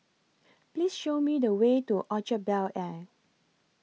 Please Show Me The Way to Orchard Bel Air